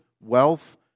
wealth